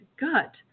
gut